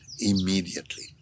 immediately